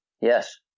Yes